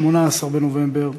18 בנובמבר,